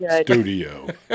studio